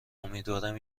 امیدوارم